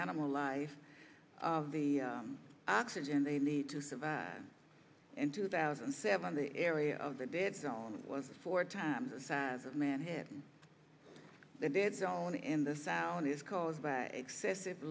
animal life the oxygen they need to survive in two thousand and seven the area of the dead zone was a four times the size of manhattan the dead zone in the sound is caused by excessive